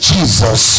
Jesus